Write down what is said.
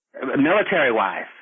military-wise